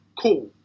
cool